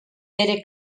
pere